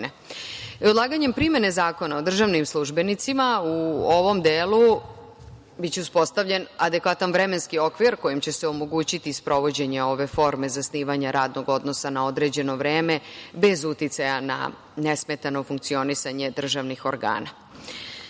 Odlaganjem primene Zakona o državnim službenicima u ovom delu biće uspostavljen adekvatan vremenski okvir kojim će se omogućiti sprovođenje ove forme zasnivanja radnog odnosa na određeno vreme bez uticaja na nesmetano funkcionisanje državnih organa. Ja